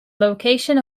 location